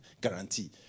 guarantee